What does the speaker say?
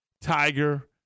Tiger